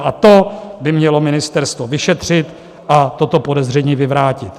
A to by mělo ministerstvo vyšetřit a toto podezření vyvrátit.